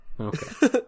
okay